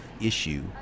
issue